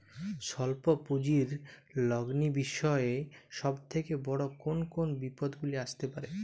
স্বল্প পুঁজির লগ্নি বিষয়ে সব থেকে বড় কোন কোন বিপদগুলি আসতে পারে?